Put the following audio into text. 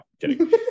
kidding